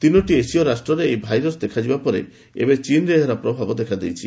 ତିନୋଟି ଏସୀୟ ରାଷ୍ଟ୍ରରେ ଏହି ଭାଇରସ ଦେଖାଯିବା ପରେ ଏବେ ଚୀନରେ ଏହାର ପ୍ରଭାବ ଦେଖାଯାଇଛି